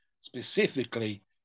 specifically